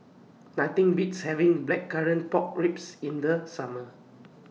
Nothing Beats having Blackcurrant Pork Ribs in The Summer